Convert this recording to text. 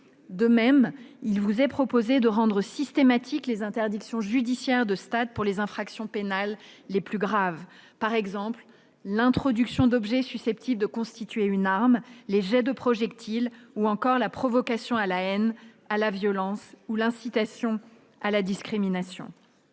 De même, il vous est proposé de rendre systématiques les interdictions judiciaires de stade pour les infractions pénales les plus graves, par exemple l'introduction d'objets susceptibles de constituer une arme, les jets de projectiles, la provocation à la haine ou à la violence, ou encore l'incitation à la discrimination.